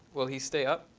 will he stay up?